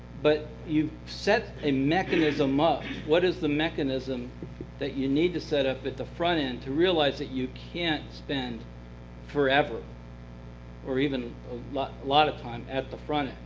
but you've set a mechanism up. what is the mechanism that you need to set up at the front end to realize that you can't spend forever or even a lot lot of time at the front end.